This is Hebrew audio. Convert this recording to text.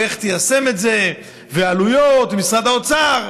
ואיך תיישם את זה, עלויות ומשרד האוצר?